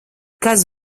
kas